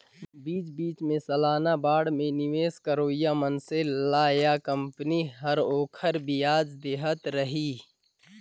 बीच बीच मे सलाना बांड मे निवेस करोइया मइनसे ल या कंपनी हर ओखर बियाज देहत रही